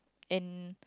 and